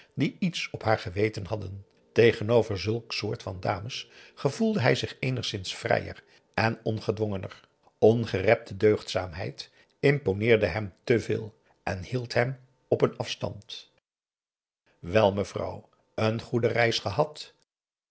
die iets op haar geweten hadden tegenover zulk soort van dames gevoelde hij zich eenigszins vrijer en ongedwongener ongerepte deugdzaamheid imponeerde hem te veel en hield hem op een afstand wel mevrouw een goede reis gehad